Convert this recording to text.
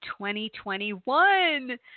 2021